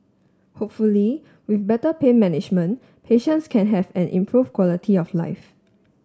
hopefully with better pain management patients can have an improved quality of life